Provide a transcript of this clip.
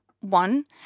one